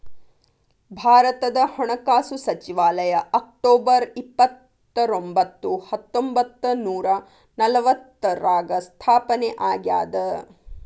ಭಾರತದ ಹಣಕಾಸು ಸಚಿವಾಲಯ ಅಕ್ಟೊಬರ್ ಇಪ್ಪತ್ತರೊಂಬತ್ತು ಹತ್ತೊಂಬತ್ತ ನೂರ ನಲವತ್ತಾರ್ರಾಗ ಸ್ಥಾಪನೆ ಆಗ್ಯಾದ